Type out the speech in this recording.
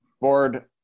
board